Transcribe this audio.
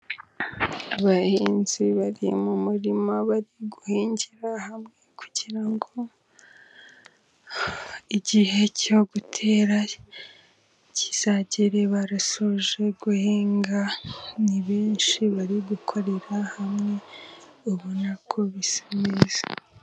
Abahinzi bari mu murima bari guhingira hamwe kugirango igihe cyo gutera kizagere barasoje guhinga. Ni benshi bari gukorera hamwe ubona ko bisa neza